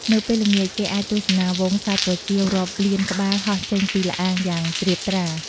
នៅពេលល្ងាច គេអាចទស្សនាហ្វូងសត្វប្រចៀវរាប់លានក្បាលហោះចេញពីល្អាងយ៉ាងត្រៀបត្រា។